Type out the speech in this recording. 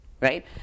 Right